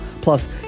Plus